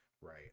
Right